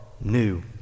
new